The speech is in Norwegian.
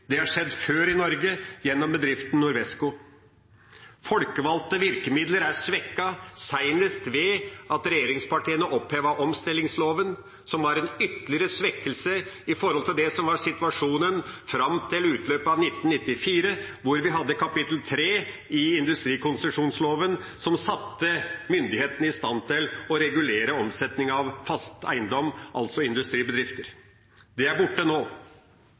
Det har skjedd før i Norge, gjennom bedriften Norwesco. Folkevalgte virkemidler er svekket, senest ved at regjeringspartiene opphevet omstillingsloven, noe som var en ytterligere svekkelse i forhold til det som var situasjonen fram til utløpet av 1994, da vi hadde kapittel 3 i industrikonsesjonsloven, som satte myndighetene i stand til å regulere omsetningen av fast eiendom, altså industribedrifter. Det er borte nå.